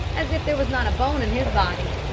as if there was not a bone in his body,